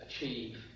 achieve